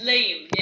Lame